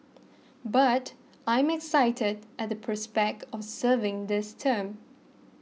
but I'm excited at the prospect of serving this term